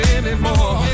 anymore